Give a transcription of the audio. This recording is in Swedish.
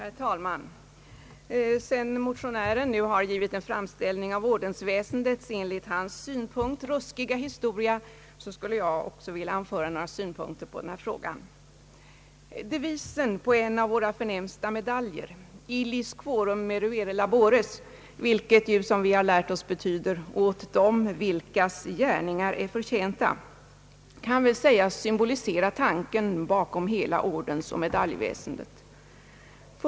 Herr talman! Sedan motionären nu har givit en framställning av ordensväsendets enligt hans uppfattning »ruskiga» historia, skulle jag också vilja anföra några synpunkter på frågan. Devisen på en av våra förnämsta medaljer »Illis quorum meruere labores» betyder ju, som vi har lärt oss: Åt dem vilkas gärningar är förtjänta. Detta kan väl sägas symbolisera tanken bakom hela ordensoch medaljväsendet.